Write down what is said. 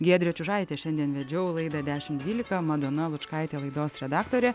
giedrė čiužaitė šiandien vedžiau laidą dešim dvylika madona lučkaitė laidos redaktorė